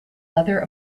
leather